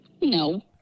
No